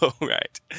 right